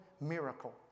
miracle